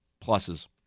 pluses